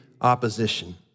opposition